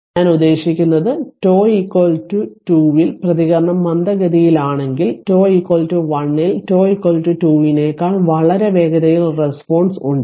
ഞാൻ ഉദ്ദേശിക്കുന്നത് τ 2 ഇൽ പ്രതികരണം മന്ദഗതിയിലാണെങ്കിൽ τ 1 ഇൽ τ 2 നേക്കാൾ വളരെ വേഗതയിൽ രേസ്പോൻസ് ഉണ്ട്